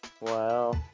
Wow